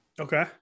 okay